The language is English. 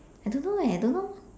I don't know leh I don't know